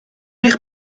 eich